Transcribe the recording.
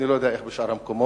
אני לא יודע איך בשאר המקומות,